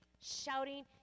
Shouting